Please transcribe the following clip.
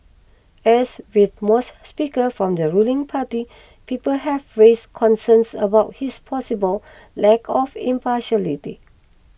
as with most Speakers from the ruling party people have raised concerns about his possible lack of impartiality